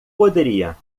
poderia